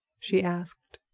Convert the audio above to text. she asked.